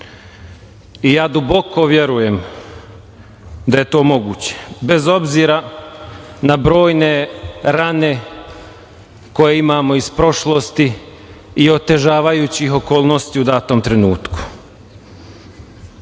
duboko verujem da je to moguće, bez obzira na brojne rane koje imamo iz prošlosti i otežavajućih okolnosti u datom trenutku. Kada